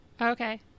Okay